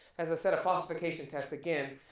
as a set of falsification tests, again,